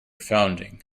founding